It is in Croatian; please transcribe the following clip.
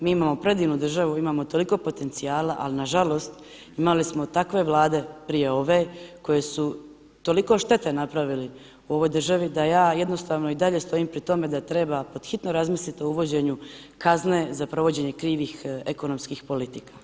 Mi imamo predivnu državu, imamo toliko potencijala, ali na žalost imali smo takve Vlade prije ove koje su toliko štete napravili ovoj državi da ja jednostavno i dalje stojim pri tome da treba pod hitno razmisliti o uvođenju kazne za provođenje krivih ekonomskih politika.